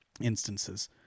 instances